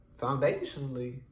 foundationally